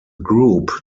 group